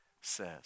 says